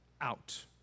out